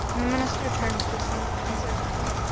and the minister turned to the syndic and said to him,